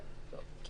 כן.